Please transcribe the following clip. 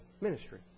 ministry